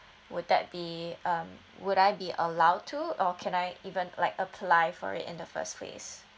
would that be um would I be allowed to or can I even like apply for it in the first place